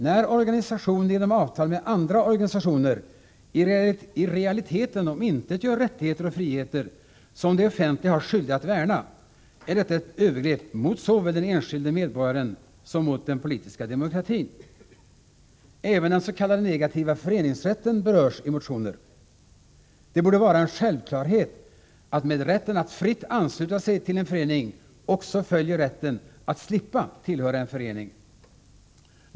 När organisationer genom avtal med andra organisationer i realiteten omintetgör rättigheter och friheter, som det offentliga har skyldighet att värna, är detta ett övergrepp mot såväl den enskilde medborgaren som den politiska demokratin. Även den s.k. negativa föreningsrätten berörs i motioner. Det borde vara en självklarhet att med rätten att fritt ansluta sig till en förening också följer rätten att slippa tillhöra en förening.